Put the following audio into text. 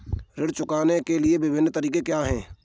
ऋण चुकाने के विभिन्न तरीके क्या हैं?